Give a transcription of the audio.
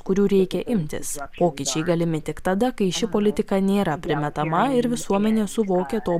kurių reikia imtis pokyčiai galimi tik tada kai ši politika nėra primetama ir visuomenė suvokia to